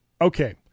Okay